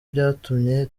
byatumye